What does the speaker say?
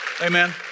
Amen